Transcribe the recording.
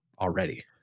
already